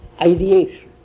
ideation